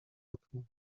okno